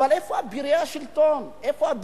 אבל איפה אבירי שלטון החוק,